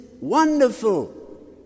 wonderful